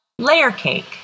layercake